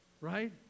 right